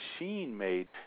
machine-made